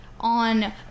On